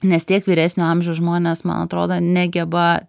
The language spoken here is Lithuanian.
nes tiek vyresnio amžiaus žmonės man atrodo negeba